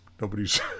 nobody's